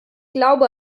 glaube